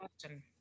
question